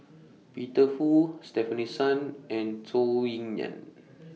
Peter Fu Stefanie Sun and Zhou Ying NAN